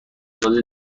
ساز